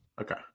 Okay